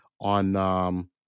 on